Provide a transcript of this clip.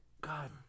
God